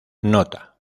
nota